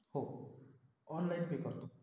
हो online pay करतो